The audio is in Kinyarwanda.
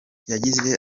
yagize